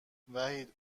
وحید